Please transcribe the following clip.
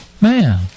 man